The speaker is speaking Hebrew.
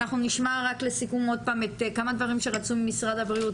אנחנו נשמע רק לסיכום כמה דברים שרצו ממשרד הבריאות,